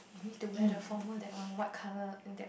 you need to wear the formal that one white colour and get